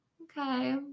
okay